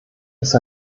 ist